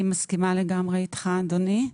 אני לגמרי מסכימה איתך, אדוני.